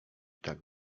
tak